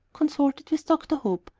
consulted with dr. hope,